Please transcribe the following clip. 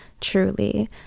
truly